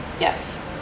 Yes